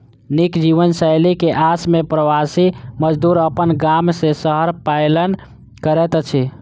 नीक जीवनशैली के आस में प्रवासी मजदूर अपन गाम से शहर पलायन करैत अछि